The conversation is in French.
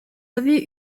avez